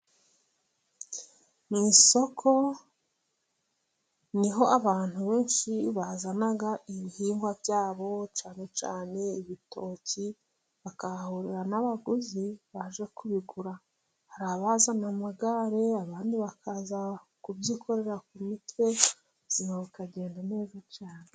Mu isoko niho abantu benshi bazana ibihingwa byabo， cyane cyane ibitoki，bakahahurira n'abaguzi baje kubigura. Hari abazana amagare，abandi bakaza kubyikorera ku mitwe，ubuzima bukagenda neza cyane.